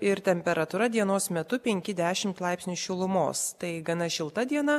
ir temperatūra dienos metu penki dešimt laipsnių šilumos tai gana šilta diena